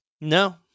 No